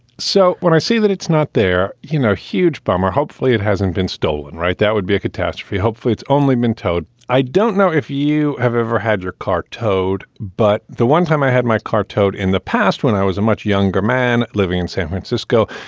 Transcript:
so when i see that, it's not there. you know, huge bummer. hopefully it hasn't been stolen, right? that would be a catastrophe hopefully it's only been towed. i don't know if you have ever had your car towed, but the one time i had my car towed in the past when i was much younger man living in san francisco,